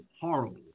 horrible